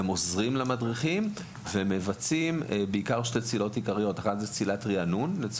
הם עוזרים למדריכים ומבצעים בעיקר צלילת ריענון ואת